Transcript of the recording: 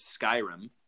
Skyrim